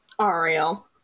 Ariel